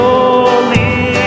Holy